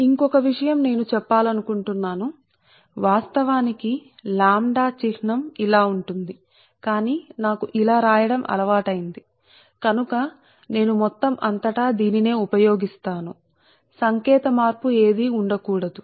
కాబట్టి వాస్తవానికి ఇంకొక విషయం నేను చెప్పాలనుకుంటున్నాను వాస్తవానికి లాంబ్డా𝝺 చిహ్నం లాంటిదిసరే కాని లాంబ్డా ను ఇలా రాయడం నాకు అలవాటైంది కాబట్టి మొత్తం అంతటా నేను దీనిని ఉపయోగించాలి కాబట్టి మొత్తం అంతటా సంకేత మార్పు లేదా ఏదీ ఉండ కూడదు